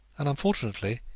and, unfortunately,